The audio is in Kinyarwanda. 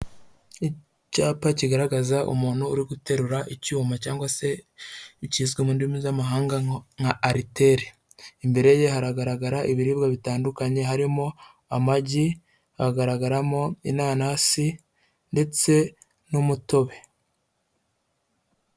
Icyapa kigaragaza umuntu uri guterura icyuma cyangwa se ikizwa mu ndimi z'amahanga nka artel, imbere ye haragaragara ibiribwa bitandukanye harimo amagi, hagaragaramo inanasi ndetse n'umutobe.